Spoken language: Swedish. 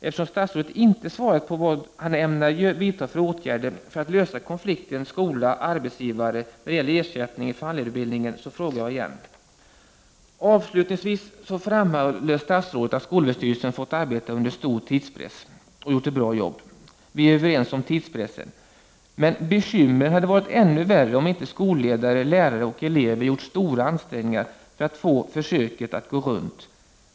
Eftersom statsrådet inte svarat på vad han ämnar vidta för åtgärder för att lösa konflikten skola-arbetsgivare när det gäller ersättningen för handledarutbildningen, frågar jag igen. Avslutningsvis framhåller statsrådet att skolöverstyrelsen fått arbeta under stor tidspress och gjort ett bra jobb. Vi är överens om tidspressen. Men bekymren hade varit ännu värre om inte skolledare, lärare och elever gjort stora ansträngningar för att få försöket att gå runt.